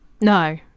no